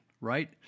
Right